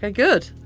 and good.